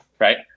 right